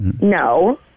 no